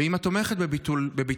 ואם את תומכת בביטולה,